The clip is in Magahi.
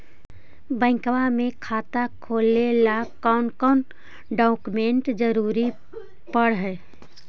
बैंक में खाता खोले ल कौन कौन डाउकमेंट के जरूरत पड़ है?